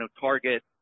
target